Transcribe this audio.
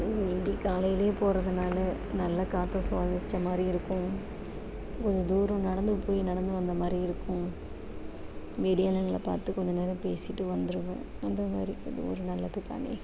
இப்படி காலையிலயே போகறதுனால நல்ல காற்ற சுவாசிச்ச மாதிரியும் இருக்கும் கொஞ்சம் தூரம் நடந்து போய் நடந்து வந்த மாதிரியும் இருக்கும் வெளி ஆளுங்களை பார்த்து கொஞ்ச நேரம் பேசிவிட்டு வந்துருவேன் அந்த மாதிரி அது ஒரு நல்லது தானே